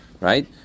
Right